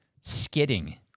skidding